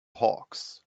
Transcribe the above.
hawks